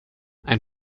ein